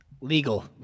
Legal